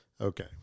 Okay